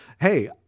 hey